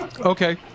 Okay